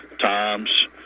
times